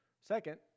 Second